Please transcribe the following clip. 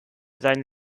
seine